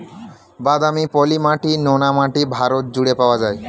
বাদামি, পলি মাটি, নোনা মাটি ভারত জুড়ে পাওয়া যায়